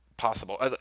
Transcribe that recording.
Possible